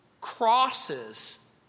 crosses